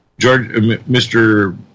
Mr